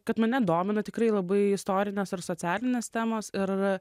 kad mane domina tikrai labai istorinės ar socialinės temos ir